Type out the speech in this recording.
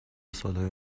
سالهای